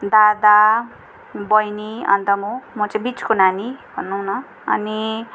दादा बहिनी अन्त म म चाहिँ बिचको नानी भनौँ न अनि